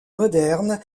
modernes